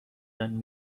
than